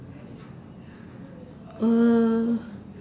uh